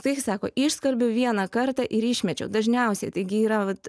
taip sako išskalbiau vieną kartą ir išmečiau dažniausiai taigi yra vat